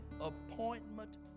appointment